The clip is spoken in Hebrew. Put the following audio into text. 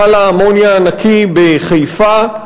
מכל האמוניה הענקי בחיפה.